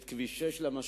את כביש 6 למשל,